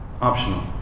optional